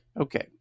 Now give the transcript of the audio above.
okay